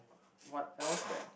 what else then